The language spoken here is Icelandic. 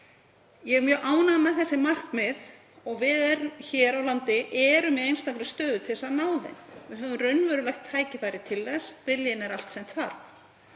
Ég er mjög ánægð með þessi markmið og við hér á landi erum í einstakri stöðu til þess að ná þeim. Við höfum raunverulegt tækifæri til þess. Viljinn er allt sem þarf.